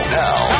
now